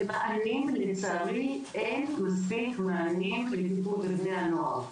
לצערי אין מספיק מענים לטיפול בבני הנוער.